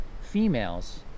females